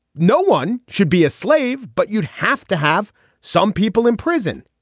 no one should be a slave but you'd have to have some people in prison.